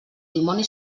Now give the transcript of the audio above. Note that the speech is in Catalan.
dimoni